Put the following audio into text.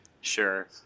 Sure